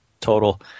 total